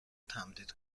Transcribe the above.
تمدید